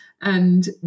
and-